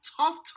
tough